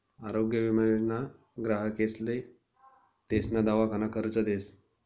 आरोग्य विमा योजना ग्राहकेसले तेसना दवाखाना खर्च देस